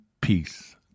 peace